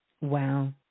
Wow